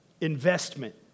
Investment